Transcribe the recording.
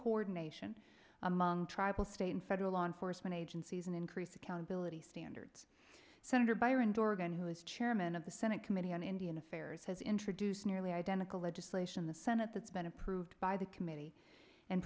coordination among tribal state and federal law enforcement agencies and increase accountability standards senator byron dorgan who is chairman of the senate committee on indian affairs has introduced nearly identical legislation in the senate that's been approved by the committee and